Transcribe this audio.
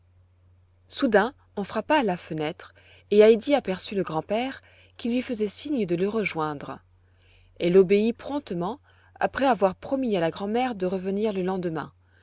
soudain on frappa à la fenêtre et heidi aperçut le grand-père qui lui faisait signe de le rejoindre elle obéit promptement après avoir promis à la grand'mère de revenir le lendemain